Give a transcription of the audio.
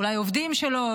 אולי עובדים שלו,